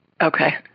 Okay